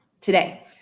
today